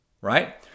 right